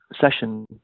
session